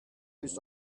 used